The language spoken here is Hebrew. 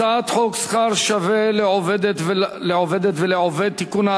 הצעת חוק שכר שווה לעובדת ולעובד (תיקון,